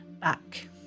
back